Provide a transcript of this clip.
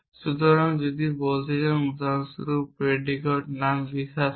সুতরাং যদি বলতে চান উদাহরণস্বরূপ predicate নাম বিশ্বাস করে